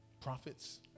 Prophets